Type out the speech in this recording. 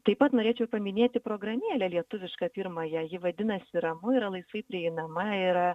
taip pat norėčiau paminėti programėlę lietuvišką pirmąją ji vadinasi ramu yra laisvai prieinama yra